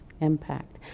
impact